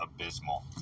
abysmal